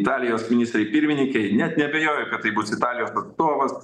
italijos ministrei pirmininkei net neabejoju kad tai bus italijos atstovas